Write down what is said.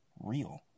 real